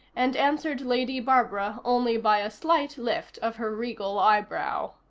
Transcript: and answered lady barbara only by a slight lift of her regal eyebrow.